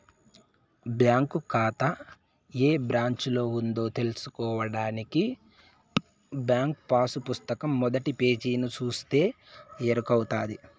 bank కాతా ఏ బ్రాంచిలో ఉందో తెల్సుకోడానికి బ్యాంకు పాసు పుస్తకం మొదటి పేజీని సూస్తే ఎరకవుతది